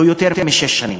הוא יותר משש שנים,